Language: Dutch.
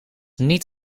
niet